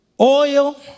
oil